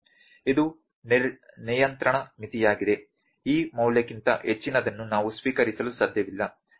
ಇದು ನಿಯಂತ್ರಣ ಮಿತಿಯಾಗಿದೆ ಈ ಮೌಲ್ಯಕ್ಕಿಂತ ಹೆಚ್ಚಿನದನ್ನು ನಾವು ಸ್ವೀಕರಿಸಲು ಸಾಧ್ಯವಿಲ್ಲ